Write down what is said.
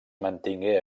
mantingué